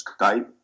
Skype